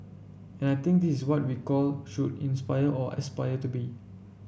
and I think this is what we call should inspire or aspire to be